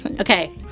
Okay